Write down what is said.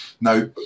Now